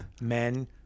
Men